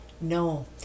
no